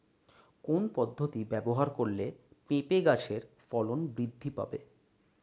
কোন পদ্ধতি প্রয়োগ করলে পেঁপে গাছের ফলন বৃদ্ধি পাবে?